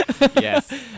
Yes